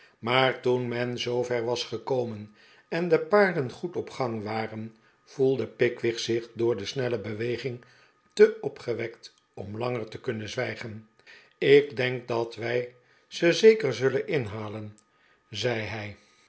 maar toen men zoover was gekomen en de paarden goed op gang waren voelde pickwick zich door de snelle beweging te opgewekt om langer te kunnen zwijgen ik denk dat wij ze zeker zullen inhalen zei hij